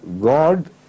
God